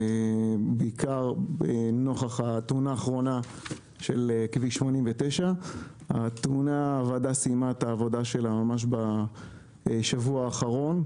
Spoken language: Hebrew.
בעיקר נוכח התאונה האחרונה של כביש 89. הוועדה סיימה את העבודה שלה בשבוע האחרון.